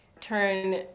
turn